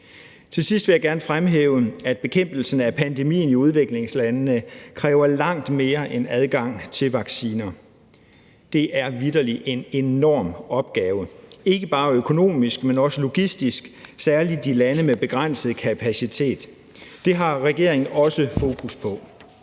Til sidst vil jeg gerne fremhæve, at bekæmpelsen af pandemien i udviklingslandene kræver langt mere end adgang til vacciner. Det er vitterlig en enorm opgave, ikke bare økonomisk, men også logistisk, særlig i lande med begrænset kapacitet. Det har regeringen også fokus på.